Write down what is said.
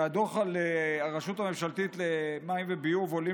מהדוח על הרשות הממשלתית למים וביוב עולים